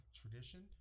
tradition